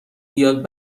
بیاد